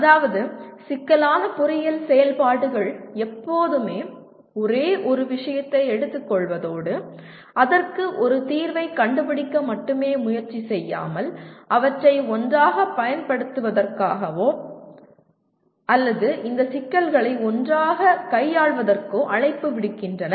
அதாவது சிக்கலான பொறியியல் செயல்பாடுகள் எப்போதுமே ஒரே ஒரு விஷயத்தை எடுத்துக்கொள்வதோடு அதற்கு ஒரு தீர்வைக் கண்டுபிடிக்க மட்டுமே முயற்சி செய்யாமல் அவற்றை ஒன்றாகப் பயன்படுத்துவதற்கோ அல்லது இந்த சிக்கல்களை ஒன்றாகக் கையாள்வதற்கோ அழைப்பு விடுகின்றன